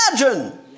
imagine